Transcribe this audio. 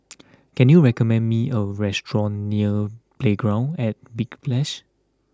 can you recommend me a restaurant near Playground at Big Splash